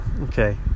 Okay